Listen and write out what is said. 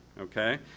okay